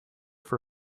for